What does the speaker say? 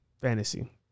fantasy